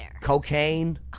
Cocaine